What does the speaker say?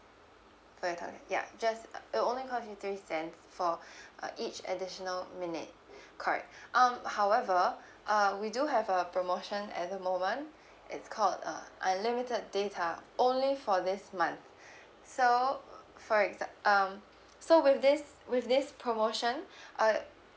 for your talk time yeah just it will only cost you three cents for a each additional minute correct um however uh we do have a promotion at the moment it's called uh unlimited data only for this month so for exam~ um so with this with this promotion uh